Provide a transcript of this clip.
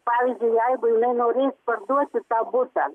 pavyzdžiui jeigu jinai norės parduoti tą butą